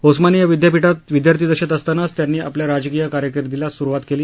ओस्मानिया विद्यापीठात विद्यार्थी दशेत असतानाच त्यांनी आपल्या राजकीय कारकीर्दीला सुरुवात केली